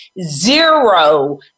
zero